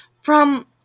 from-